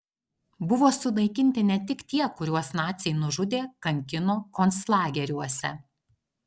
buvo sunaikinti ne tik tie kuriuos naciai nužudė kankino konclageriuose